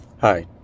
Hi